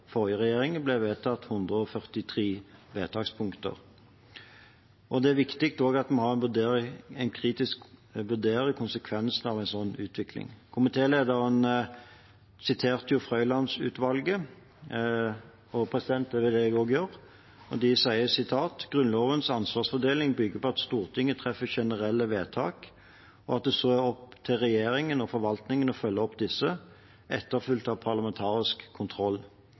forrige regjeringen ble vedtatt 143 vedtakspunkt. Det er viktig at en kritisk vurderer konsekvensene av en sånn utvikling. Komitélederen siterte fra stortingsbehandlingen av Frøiland-utvalgets rapport, og det vil jeg også gjøre: «Grunnlovens ansvarsfordeling bygger på at Stortinget treffer generelle vedtak , og at det så er opp til regjering og forvaltning å følge opp disse, etterfulgt av parlamentarisk kontroll.